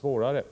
mindre.